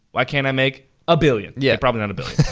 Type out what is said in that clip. why can't i make a billion. yeah. probably not a billion.